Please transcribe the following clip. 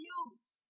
use